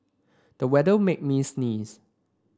the weather made me sneeze